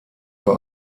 für